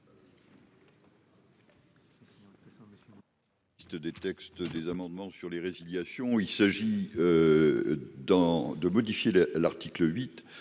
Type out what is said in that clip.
...